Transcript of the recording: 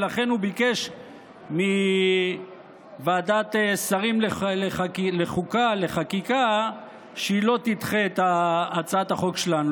ולכן הוא ביקש מוועדת השרים לחקיקה שלא תדחה את הצעת החוק שלנו,